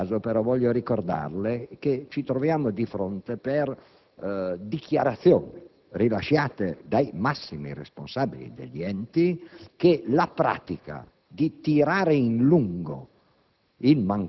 In questo caso, però, voglio ricordarle che, per dichiarazioni rilasciate dai massimi responsabili degli enti, la pratica di tirare in lungo